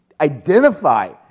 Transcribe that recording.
identify